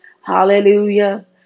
Hallelujah